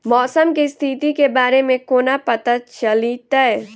मौसम केँ स्थिति केँ बारे मे कोना पत्ता चलितै?